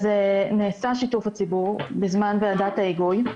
אז נעשה שיתוף הציבור בזמן ועדת ההיגוי,